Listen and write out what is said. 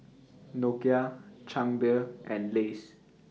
Nokia Chang Beer and Lays